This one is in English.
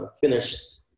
finished